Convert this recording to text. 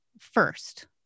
first